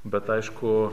bet aišku